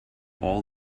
all